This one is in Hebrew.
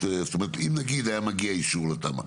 אם היה מגיע אישור לתמ"א,